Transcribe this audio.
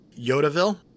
Yodaville